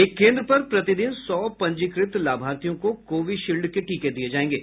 एक केन्द्र पर प्रतिदिन सौ पंजीकृत लाभार्थियों को कोविशील्ड के टीके दिये जायेंगे